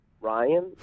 Ryan